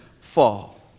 fall